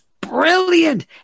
brilliant